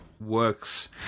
works